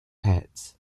pets